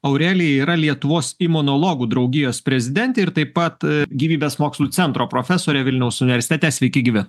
aurelija yra lietuvos imunologų draugijos prezidentė ir taip pat gyvybės mokslų centro profesorė vilniaus universitete sveiki gyvi